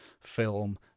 film